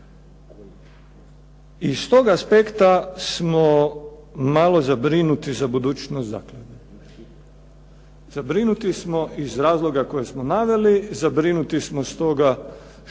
I s tog aspekta smo malo zabrinuti za budućnost zaklade. Zabrinuti smo iz razloga koje smo naveli, zabrinuti smo stoga što